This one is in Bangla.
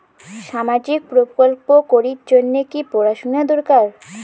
সামাজিক প্রকল্প করির জন্যে কি পড়াশুনা দরকার?